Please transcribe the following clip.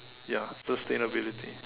ya sustainability